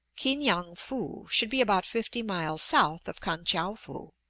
ki-ngan-foo should be about fifty miles south of kan-tchou-foo,